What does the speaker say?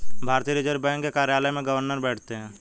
भारतीय reserve bank के कार्यालय में गवर्नर बैठते हैं